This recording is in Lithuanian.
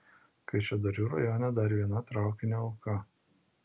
kaišiadorių rajone dar viena traukinio auka